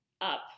Up